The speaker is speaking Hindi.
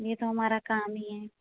ये तो हमारा काम ही है